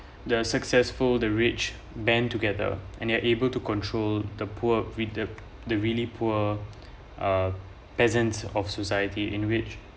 the successful the rich band together and you're able to control the poor with the the really poor a peasant's of society in which